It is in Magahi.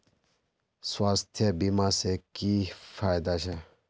स्वास्थ्य बीमा से की की फायदा छे?